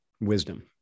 wisdom